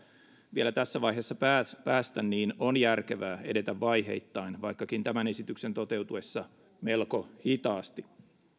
vielä tässä vaiheessa päästä päästä niin on järkevää edetä vaiheittain vaikkakin tämän esityksen toteutuessa melko hitaasti